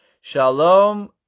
Shalom